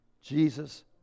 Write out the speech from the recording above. Jesus